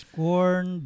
corn